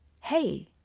hey